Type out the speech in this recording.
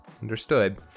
understood